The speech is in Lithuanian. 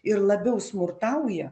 ir labiau smurtauja